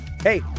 Hey